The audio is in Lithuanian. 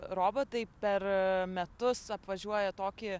robotai per metus apvažiuoja tokį